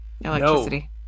Electricity